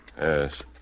Yes